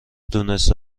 دونسته